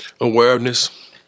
Awareness